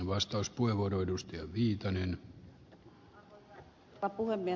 arvoisa herra puhemies